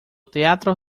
teatro